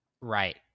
right